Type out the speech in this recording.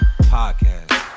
Podcast